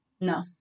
No